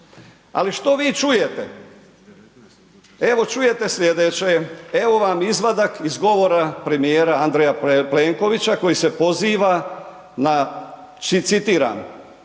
ali što vi čujete? Evo čujete slijedeće, evo vam izvadak iz govora premijera Andreja Plenkovića koji se poziva na citiram,